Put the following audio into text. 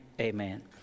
amen